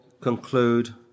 conclude